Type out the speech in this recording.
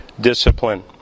discipline